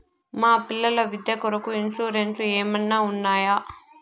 మా పిల్లల విద్య కొరకు ఇన్సూరెన్సు ఏమన్నా ఉన్నాయా?